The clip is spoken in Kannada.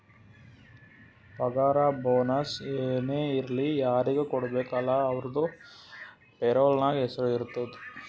ಪಗಾರ ಬೋನಸ್ ಏನೇ ಇರ್ಲಿ ಯಾರಿಗ ಕೊಡ್ಬೇಕ ಅಲ್ಲಾ ಅವ್ರದು ಪೇರೋಲ್ ನಾಗ್ ಹೆಸುರ್ ಇರ್ತುದ್